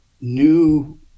new